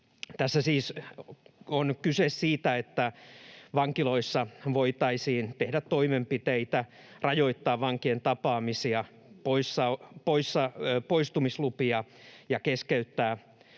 Tässä siis on kyse siitä, että vankiloissa voitaisiin tehdä toimenpiteitä, rajoittaa vankien tapaamisia ja poistumislupia, keskeyttää muita